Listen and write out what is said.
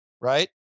right